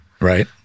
Right